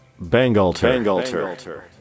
Bangalter